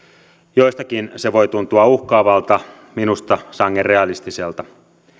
joistakin se voi tuntua uhkaavalta minusta sangen realistiselta